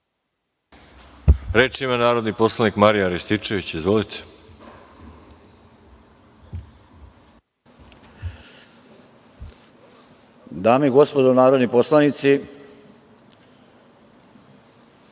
Reč ima narodni poslanik Marijan Rističević. Izvolite.